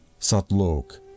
Satlok